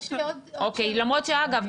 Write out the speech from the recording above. למרות שאגב,